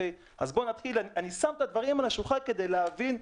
אני שם את הדברים על השולחן כדי להבין,